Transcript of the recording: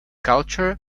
culture